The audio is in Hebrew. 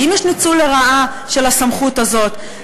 האם יש ניצול לרעה של הסמכות הזאת,